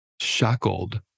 shackled